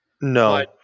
No